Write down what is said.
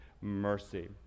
mercy